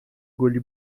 گلی